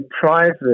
private